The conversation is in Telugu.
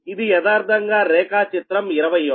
ఇది యదార్థంగా రేఖాచిత్రం 21